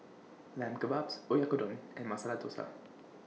Lamb Kebabs Oyakodon and Masala Dosa